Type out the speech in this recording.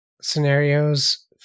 scenarios